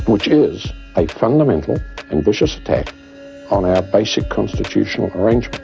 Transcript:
which is a fundamental and vicious attack on our basic constitutional arrangements.